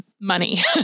money